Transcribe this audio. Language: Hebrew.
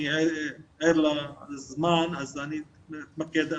אני ער לזמן הקצר,